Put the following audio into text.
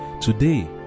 Today